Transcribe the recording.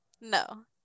No